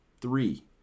three